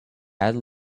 add